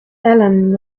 alan